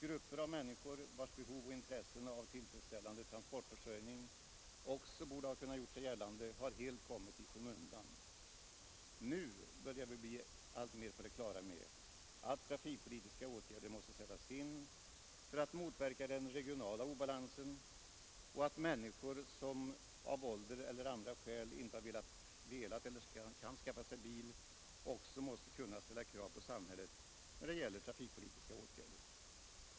Grupper av människor, vars behov och intressen av tillfredsställande transportförsörjning också borde ha kunnat göra sig gällande, har helt kommit i skymundan. Nu börjar vi bli alltmer på det klara med att trafikpolitiska åtgärder måste sättas in för att motverka den regionala obalansen och att människor som på grund av ålder eller av andra skäl inte har velat eller kunnat skaffa sig bil också måste få ställa krav på samhället när det gäller trafikpolitiska åtgärder.